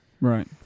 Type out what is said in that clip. Right